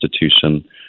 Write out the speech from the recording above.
institution